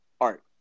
Art